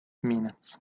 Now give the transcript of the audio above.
minutes